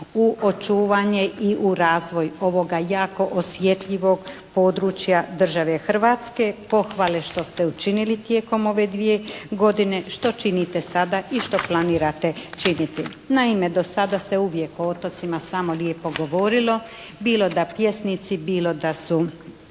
u očuvanje i u razvoj ovoga jako osjetljivog područja države Hrvatske. pohvale što ste učinili tijekom ove dvije godine, što činite sada i što planirate činiti. Naime, do sada se uvijek o otocima samo lijepo govorilo, bilo da pjesnici, bilo da su